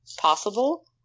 possible